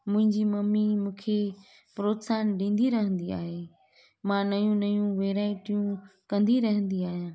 मुंहिंजी मम्मी मूंखे प्रोत्साहन ॾींदी रहंदी आहे मां नयूं नयूं वैरायिटियूं कंदी रहंदी आहियां